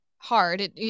hard